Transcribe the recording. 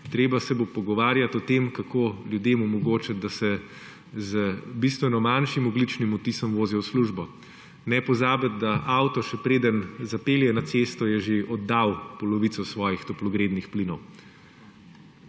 treba se bo pogovarjati o tem, kako ljudem omogočiti, da se z bistveno manjšim ogljičnim odtisom vozijo v službo. Ne pozabiti, da je avto, še preden zapelje na cesto, že oddal polovico svojih toplogrednih plinov.